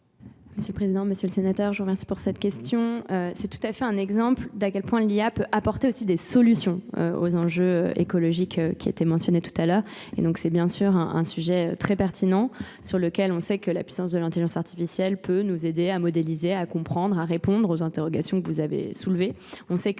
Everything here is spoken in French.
Monsieur le Président, Monsieur le Sénateur, je vous remercie pour cette question. C'est tout à fait un exemple d'à quel point l'IA peut apporter aussi des solutions aux enjeux écologiques qui étaient mentionnés tout à l'heure. Et donc c'est bien sûr un sujet très pertinent sur lequel on sait que la puissance de l'intelligence artificielle peut nous aider à modéliser, à comprendre, à répondre aux interrogations que vous avez soulevées.